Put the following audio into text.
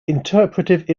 interpretive